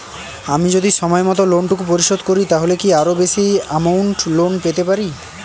আমি যদি সময় মত লোন টুকু পরিশোধ করি তাহলে কি আরো বেশি আমৌন্ট লোন পেতে পাড়ি?